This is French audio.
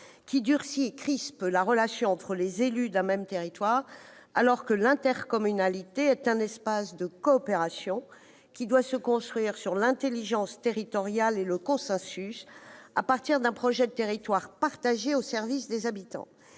qui durcit et crispe la relation entre élus d'un même territoire, alors que l'intercommunalité est un espace de coopération qui doit se construire sur l'intelligence territoriale et le consensus, à partir d'un projet de territoire partagé au service des habitants.